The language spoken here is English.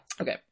Okay